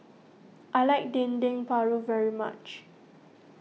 I like Dendeng Paru very much